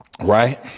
Right